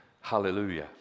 Hallelujah